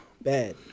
bad